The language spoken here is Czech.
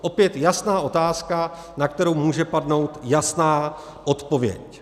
Opět jasná otázka, na kterou může padnout jasná odpověď.